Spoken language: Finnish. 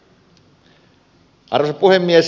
arvoisa puhemies